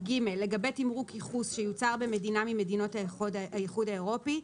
(ג)לגבי תמרוק ייחוס שיוצר במדינה ממדינות האיחוד האירופי,